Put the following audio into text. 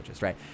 right